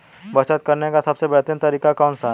बचत करने का सबसे बेहतरीन तरीका कौन सा है?